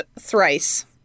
thrice